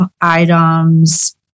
items